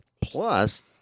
Plus